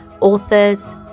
authors